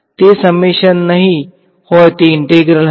તે સમેશન નહીં હોય તે ઈન્ટેગ્રલ હશે